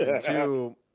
Two